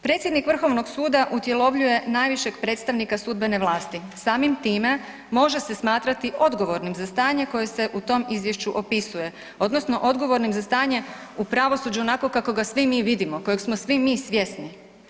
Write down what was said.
Predsjednik Vrhovnog suda utjelovljuje najvišeg predstavnika sudbene vlasti, samim time može se smatrati odgovornim za stanje koje se u tom izvješću opisuje odnosno odgovornim za stanje u pravosuđu onako kako ga svi mi vidimo, kojeg smo svi mi svjesni.